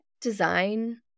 design